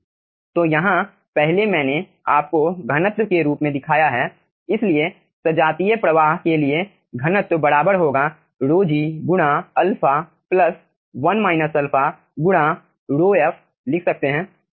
तो यहां पहले मैंने आपको घनत्व के रूप में दिखाया है इसलिए सजातीय प्रवाह के लिए घनत्व ρh बराबर होगा ρg गुणा α प्लस 1 α गुणा ρf लिख सकते हैं